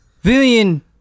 Villian